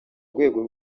rwego